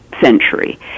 century